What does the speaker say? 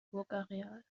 burgareal